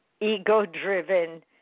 ego-driven